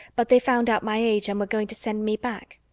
but they found out my age and were going to send me back.